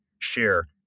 share